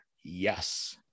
Yes